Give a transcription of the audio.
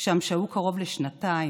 ושם שהו קרוב לשנתיים